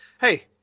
Hey